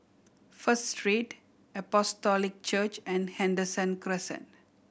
First Street Apostolic Church and Henderson Crescent